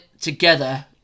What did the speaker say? together